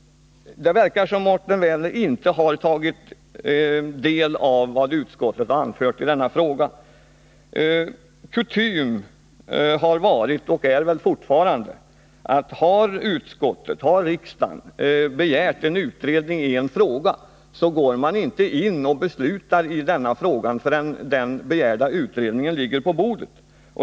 Det verkar som om Mårten Werner inte tagit del av vad utskottet anfört i denna fråga. Kutym har varit och är fortfarande att när riksdagen begärt en utredning i en fråga, så går man inte in och beslutar i denna fråga förrän den begärda utredningen ligger på bordet.